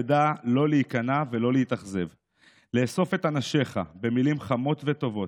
תדע לא להיכנע ולא להתאכזב / לאסוף את אנשיך במילים חמות וטובות,